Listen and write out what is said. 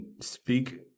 speak